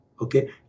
okay